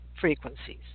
frequencies